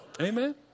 Amen